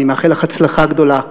אני מאחל לך הצלחה גדולה.